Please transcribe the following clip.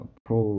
pro